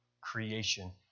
creation